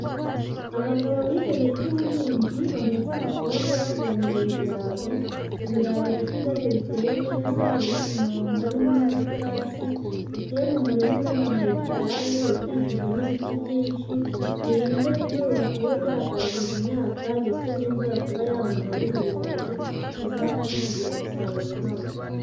Abagabo bihebeye iby'ubuhinzi bahetse amapombe bavomerera ibirayi, ibirayi bifite indabyo biteye neza, biri ku murongo harimo n'amaterasi, biteye mu murima ungana nka hegitari ukikijwe n'ibiti byinshi, birinda izuba kuba ryakangiza imyaka ndetse n'imvura kuba yamanura bino birayi bizafasha kugira umusaruro uhagije.